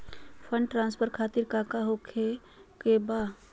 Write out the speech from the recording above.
Fund transfer खातिर काका होखे का बा?